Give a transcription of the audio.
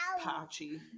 patchy